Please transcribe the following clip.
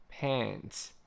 Pants